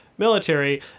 military